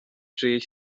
czyjejś